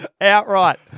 Outright